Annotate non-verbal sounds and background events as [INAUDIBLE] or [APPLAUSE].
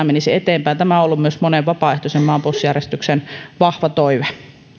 [UNINTELLIGIBLE] menisi eteenpäin tämä on ollut myös monen vapaaehtoisen maanpuolustusjärjestön vahva toive